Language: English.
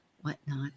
whatnot